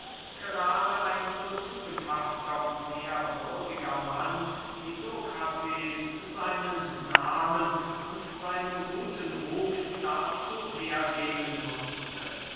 gerade ein so tugendhafter und ehrwürdiger mann wie sokrates seinen nahmen und seinen guten ruf dazu hergeben mußte